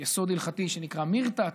יסוד הלכתי שנקרא "מירתת",